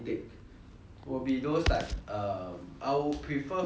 will be those like um I'll prefer fast food